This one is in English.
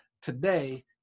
today